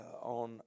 on